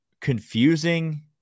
confusing